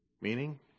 meaning